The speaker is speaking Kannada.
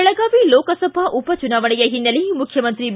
ಬೆಳಗಾವಿ ಲೋಕಸಭಾ ಉಪಚುನಾವಣೆಯ ಹಿನ್ನೆಲೆ ಮುಖ್ಯಮಂತ್ರಿ ಬಿ